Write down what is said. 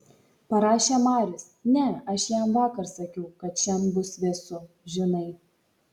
parašė marius ne aš jam vakar sakiau kad šian bus vėsu žinai